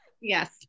Yes